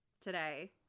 today